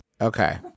Okay